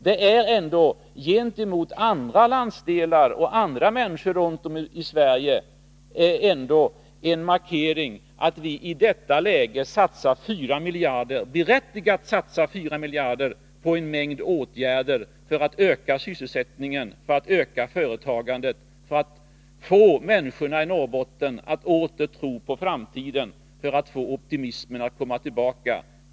Det är ändå gentemot andra landsdelar och andra människor runt om i Sverige en markering, att vi i detta läge — helt berättigat — satsar 4 miljarder på en mängd åtgärder för att öka sysselsättningen och företagandet och för att få människorna i Norrbotten att åter tro på framtiden, för att få tillbaka optimismen.